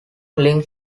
link